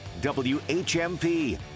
WHMP